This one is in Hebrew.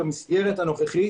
במסגרת הנוכחית